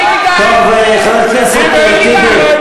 הכנסת טיבי.